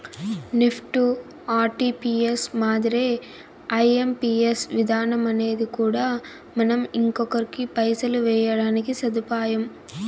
NEFT, RTPS మాదిరే IMPS విధానమనేది కూడా మనం ఇంకొకరికి పైసలు వేయడానికి సదుపాయం